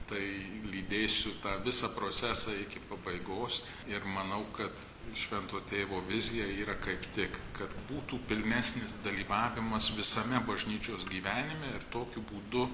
tai lydėsiu tą visą procesą iki pabaigos ir manau kad švento tėvo vizija yra kaip tik kad būtų pilnesnis dalyvavimas visame bažnyčios gyvenime ir tokiu būdu